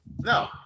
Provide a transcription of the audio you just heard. No